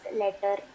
letter